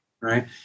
right